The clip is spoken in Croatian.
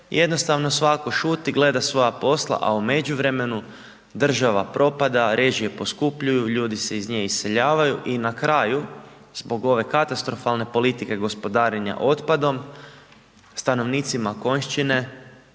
jednostavno svako šuti gleda svoja posla, a u međuvremenu država propada, režije poskupljuju, ljudi se iz nje iseljavaju i na kraju zbog ove katastrofalne politike gospodarenja otpadom stanovnicima Konjšćine